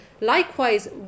likewise